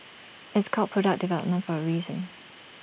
it's called product development for A reason